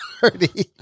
party